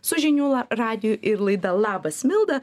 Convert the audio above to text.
su žinių radiju ir laida labas milda